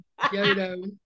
Yodo